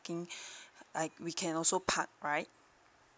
parking I we can also park right